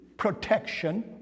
protection